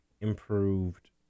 improved